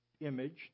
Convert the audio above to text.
image